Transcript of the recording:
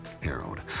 Harold